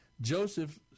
Joseph